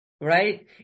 Right